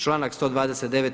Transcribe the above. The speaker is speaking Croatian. Članak 129.